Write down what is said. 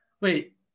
Wait